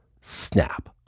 snap